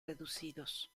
reducidos